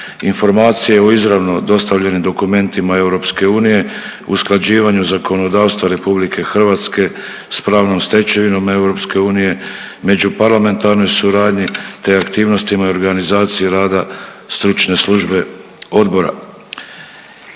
Informacije o izravno dostavljenim dokumentima EU, usklađivanju zakonodavstva RH s pravnom stečevinom EU, međuparlamentarnoj suradnji te aktivnostima i organizaciji rada stručne službe odbora.